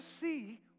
see